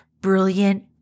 brilliant